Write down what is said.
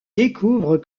découvre